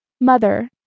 Mother